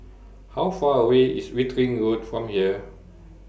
How Far away IS Wittering Road from here